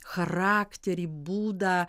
charakterį būdą